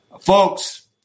Folks